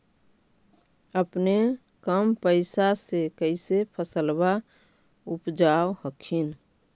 अपने कम पैसा से कैसे फसलबा उपजाब हखिन?